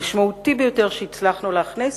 המשמעותי ביותר שעלה בידי להכניס,